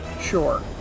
Sure